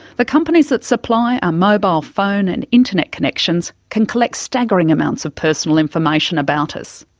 the companies that supply our mobile phone and internet connections can collect staggering amounts of personal information about us.